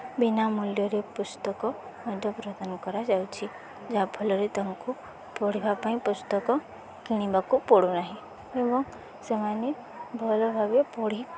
ବିନା ମୂଲ୍ୟରେ ପୁସ୍ତକ ମଧ୍ୟ ପ୍ରଦାନ କରାଯାଉଛି ଯାହା ଫଳରେ ତାଙ୍କୁ ପଢ଼ିବା ପାଇଁ ପୁସ୍ତକ କିଣିବାକୁ ପଡ଼ୁନାହିଁ ଏବଂ ସେମାନେ ଭଲ ଭାବେ ପଢ଼ି